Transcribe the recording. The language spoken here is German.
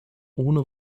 ohne